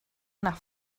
nach